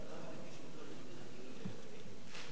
ההצעה להעביר את הנושא לוועדה שתקבע